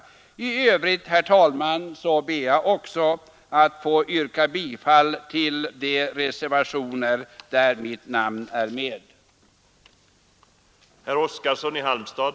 I övrigt ber jag, herr talman, att få yrka bifall till de reservationer där mitt namn är med.